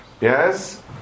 Yes